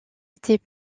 était